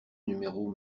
numéro